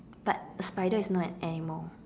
but a spider is not an animal